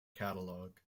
catalogue